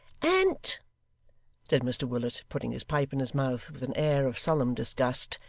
an't said mr willet, putting his pipe in his mouth with an air of solemn disgust,